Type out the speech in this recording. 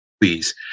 please